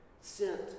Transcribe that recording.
sent